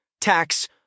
tax